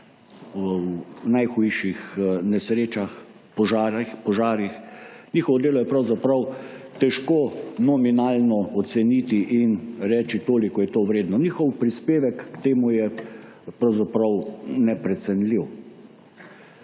v najhujših nesrečah, požarih, njihovo delo je pravzaprav težko nominalno oceniti in reči, toliko je to vredno. Njihov prispevek k temu je pravzaprav